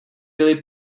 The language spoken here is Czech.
byly